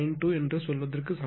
92 என்று சொல்வதற்கு சமம்